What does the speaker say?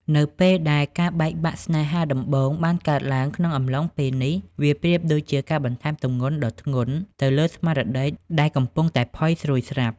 នៅពេលដែលការបែកបាក់ស្នេហាដំបូងបានកើតឡើងក្នុងអំឡុងពេលនេះ វាប្រៀបដូចជាការបន្ថែមទម្ងន់ដ៏ធ្ងន់ទៅលើស្មារតីដែលកំពុងតែផុយស្រួយស្រាប់។